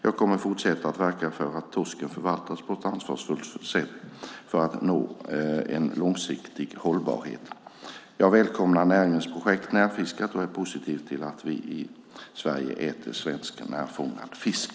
Jag kommer att fortsätta verka för att torsken förvaltas på ett ansvarsfullt sätt för att nå en långsiktig hållbarhet. Jag välkomnar näringens projekt Närfiskat och jag är positiv till att vi i Sverige äter svensk närfångad fisk.